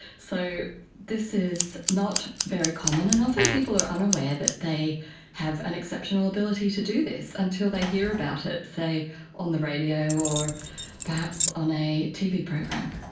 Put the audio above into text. so this is not very common, and often people are unaware that they have an exceptional ability to do this until they hear about it, say on the radio or perhaps on a tv program.